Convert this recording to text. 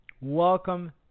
Welcome